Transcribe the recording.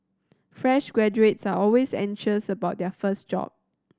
fresh graduates are always anxious about their first job